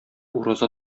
ураза